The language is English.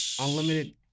Unlimited